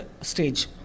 stage